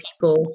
people